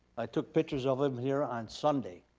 i took pictures of them here on sunday.